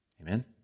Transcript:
Amen